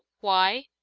why?